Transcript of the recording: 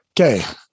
Okay